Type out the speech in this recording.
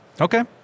Okay